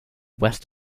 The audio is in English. west